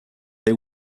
they